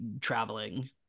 traveling